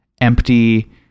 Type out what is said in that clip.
empty